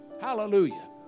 Hallelujah